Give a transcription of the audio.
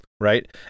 Right